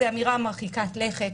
זו אמירה מרחיקת לכת,